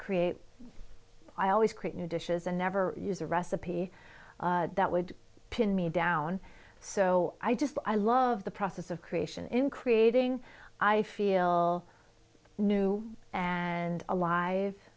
create i always create new dishes and never use a recipe that would pin me down so i just i love the process of creation in creating i feel new and alive